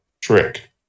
trick